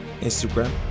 Instagram